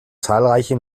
zahlreiche